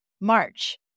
March